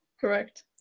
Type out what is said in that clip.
Correct